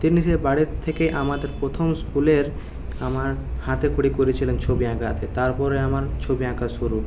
তিনি সেই বাড়ির থেকে আমাদের প্রথম স্কুলের আমার হাতেখড়ি করে ছিলেন ছবি আঁকাতে তারপরে আমার ছবি আঁকা শুরু